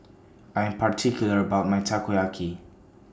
I Am particular about My Takoyaki